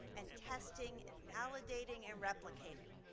and testing, and validating, and replicating.